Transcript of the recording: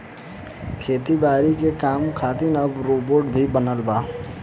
खेती बारी के काम खातिर अब रोबोट भी बनल बा